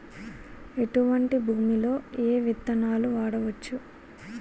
ఎటువంటి భూమిలో ఏ విత్తనాలు వాడవచ్చు?